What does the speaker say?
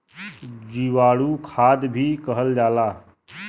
जीवाणु खाद भी कहल जाला